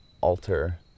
alter